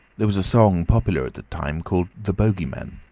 there was a song popular at that time called the bogey man.